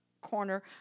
Corner